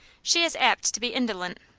she is apt to be indolent.